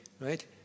right